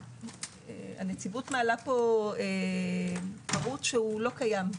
הנציבות מעלה פה שירות שלא קיים.